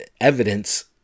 evidence